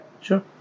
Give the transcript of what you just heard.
sure